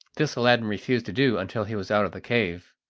this aladdin refused to do until he was out of the cave.